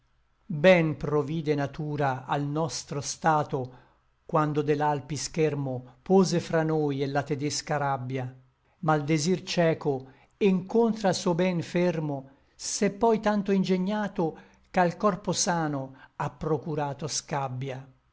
ben provide natura al nostro stato quando de l'alpi schermo pose fra noi et la tedesca rabbia ma l desir cieco e ncontr'al suo ben fermo s'è poi tanto ingegnato ch'al corpo sano à procurato scabbia